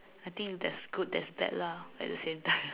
I think there is good there is bad lah at the same time